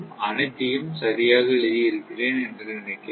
அனைத்தையும் சரியாக எழுதி இருக்கிறேன் என்று நினைக்கிறேன்